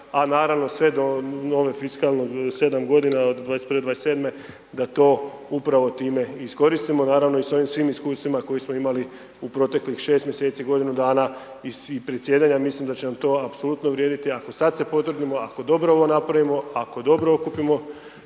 a naravno sve do nove fiskalne, 7 g., 2021.-2027., da to upravo time i iskoristimo, naravno i s ovim svim iskustvima koje smo imali u proteklih 6 mj., godinu dana i predsjedanja, mislim da će nam to apsolutno vrijediti ako sam se potrudimo, ako dobro ovo napravimo, ako dobro okupimo,